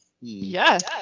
Yes